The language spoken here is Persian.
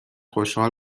خوشحال